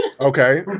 Okay